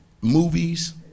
movies